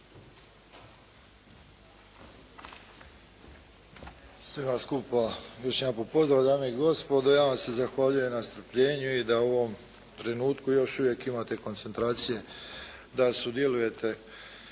Sve vas skupa još jedanput pozdravljam dame i gospodo. Ja vam se zahvaljujem na strpljenju i da u ovom trenutku imate još koncentracije da sudjelujete